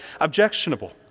objectionable